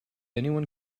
anyone